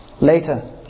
later